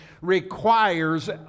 requires